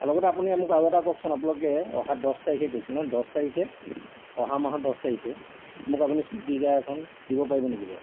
লগতে আপুনি মোক আৰু এটা কওঁকচোন আপোনালোকে অহা দহ তাৰিখে কৈছো ন দহ তাৰিখে অহা মাহৰ দহ তাৰিখে মোক আপুনি চুইফ ডিজায়াৰখন দিব পাৰিব নেকি বাৰু